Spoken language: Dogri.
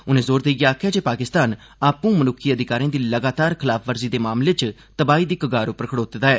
उनें जोर देइयै आखेआ ऐ जे पाकिस्तान आपू मनुक्खी अधिकारें दी लगातार खलाफवर्जी दे मामले च तबाही दी कगार उप्पर खड़ोते दा ऐ